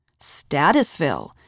Statusville